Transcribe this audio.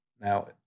Now